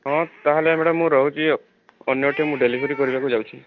ହଁ ତା ହେଲେ ମ୍ୟାଡ଼ାମ୍ ମୁଁ ରହୁଛି ଆଉ ଅନ୍ୟ ଠେଇ ମୁଁ ଡେଲିଭରି କରିବାକୁ ଯାଉଛି